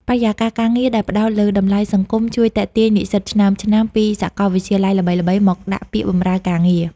បរិយាកាសការងារដែលផ្ដោតលើតម្លៃសង្គម ជួយទាក់ទាញនិស្សិតឆ្នើមៗពីសាកលវិទ្យាល័យល្បីៗមកដាក់ពាក្យបម្រើការងារ។